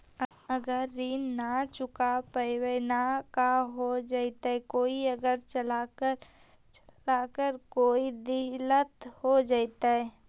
अगर ऋण न चुका पाई न का हो जयती, कोई आगे चलकर कोई दिलत हो जयती?